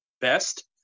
best